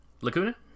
Lacuna